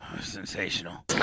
Sensational